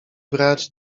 brać